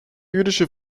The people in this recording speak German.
jüdische